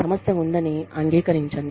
సమస్య ఉందని అంగీకరించండి